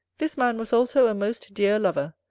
this man was also a most dear lover,